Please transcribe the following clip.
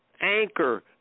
anchor